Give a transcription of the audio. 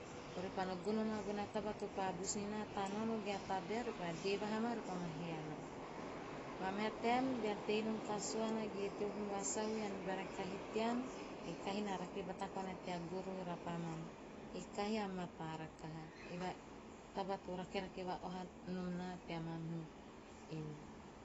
Orepa no gono maa bona taba to pa bus tahi, orepa no gono maa bona taba to pa bus niu naa, a ta naono ge a tabae repa dee vaha maa repa maa he vahaa ana. Maa meha taem bean tei nom kasuana ge teo hum vasau, ean bere kahi tean, e kahi na rake bata koana tea goroho rapaman. E kahi a mataa rakaha. Eve a taba to rakerake va`oha nom naa tea mamihu animal.